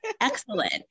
excellent